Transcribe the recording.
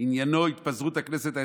עניינו התפזרותה הכנסת העשרים-וארבע.